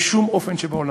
בשום אופן שבעולם.